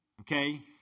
Okay